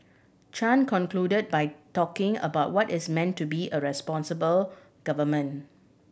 Chan concluded by talking about what its meant to be a responsible government